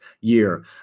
year